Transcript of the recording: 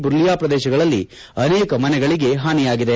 ಬುರ್ಲಿಯಾ ಪ್ರದೇಶಗಳಲ್ಲಿ ಅನೇಕ ಮನೆಗಳಿಗೆ ಹಾನಿಯಾಗಿದೆ